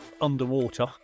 underwater